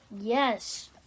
Yes